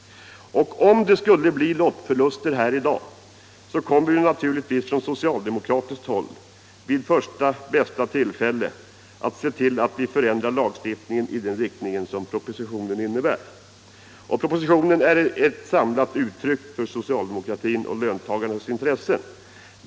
Om det skulle bli lottförluster här i dag kommer vi naturligtvis att från socialdemokratiskt håll vid första bästa tillfälle se till att förändra lagstiftningen i den riktning som propositionen innebär. Propositionen är ett samlat uttryck för socialdemokratins och löntagarnas intressen.